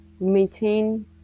maintain